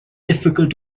difficult